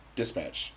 dispatch